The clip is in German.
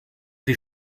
die